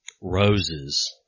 roses